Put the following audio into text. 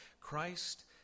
Christ